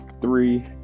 three